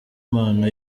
impano